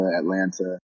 Atlanta